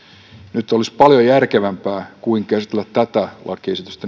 nyt paljon järkevämpää kuin käsitellä tätä lakiesitystä